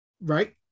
Right